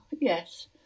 yes